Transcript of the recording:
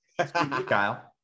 Kyle